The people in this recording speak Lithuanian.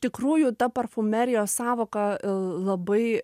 tikrųjų ta parfumerijos sąvoka e labai